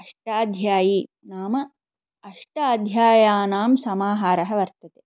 अष्टाध्यायी नाम अष्टाध्यायानां समाहारः वर्तते